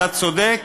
אתה צודק,